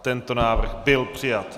Tento návrh byl přijat.